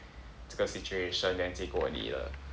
这个 situation then 结果你的